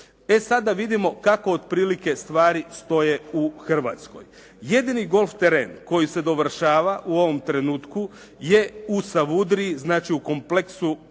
E sada da vidimo kako otprilike stvari stoje u Hrvatskoj? Jedini golf teren koji se dovršava u ovom trenutku, je u Savudriji znači u kompleksu